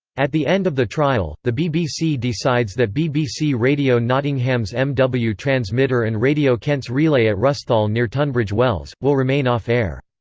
at the end of the trial, the bbc decides that bbc radio nottingham's ah mw transmitter and radio kent's relay at rusthall near tunbridge wells, will remain off-air.